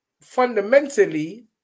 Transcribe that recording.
fundamentally